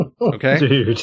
Okay